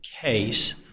case